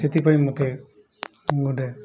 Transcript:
ସେଥିପାଇଁ ମୋତେ ଗୋଟେ